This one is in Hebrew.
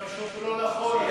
זה פשוט לא נכון.